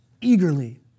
eagerly